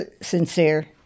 sincere